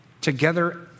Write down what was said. Together